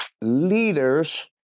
leaders